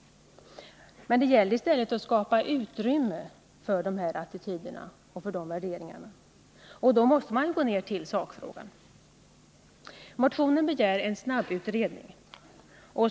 Det gäller i stället att skapa utrymme för dessa attityder och värderingar, och då måste man gå till sakfrågorna. I motionen begärs en snabbutredning.